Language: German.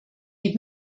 die